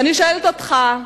ואני שואלת אותך,